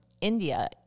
India